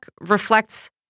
reflects